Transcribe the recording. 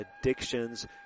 addictions